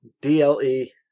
D-L-E